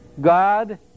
God